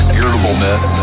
irritableness